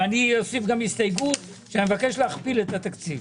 ואני אוסיף גם הסתייגות שאני מבקש להכפיל את התקציב.